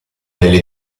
nelle